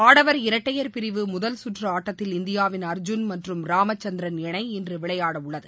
ஆடவர் இரட்டையர் பிரிவு முதல்கற்று ஆட்டத்தில் இந்தியாவின் அர்ஜுன் மற்றும் ராமச்சந்திரன் இணை இன்று விளையாட உள்ளது